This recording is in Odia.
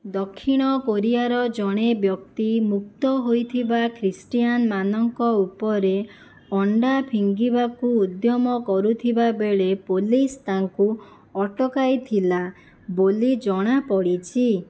ଦକ୍ଷିଣ କୋରିଆର ଜଣେ ବ୍ୟକ୍ତି ମୁକ୍ତ ହୋଇଥିବା ଖ୍ରୀଷ୍ଟିୟାନମାନଙ୍କ ଉପରେ ଅଣ୍ଡା ଫିଙ୍ଗିବାକୁ ଉଦ୍ୟମ କରୁଥିବା ବେଳେ ପୋଲିସ୍ ତାଙ୍କୁ ଅଟକାଇଥିଲା ବୋଲି ଜଣାପଡ଼ିଛି